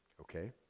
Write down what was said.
Okay